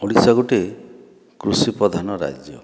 ଓଡ଼ିଶା ଗୋଟିଏ କୃଷି ପ୍ରଧାନ ରାଜ୍ୟ